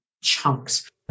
chunks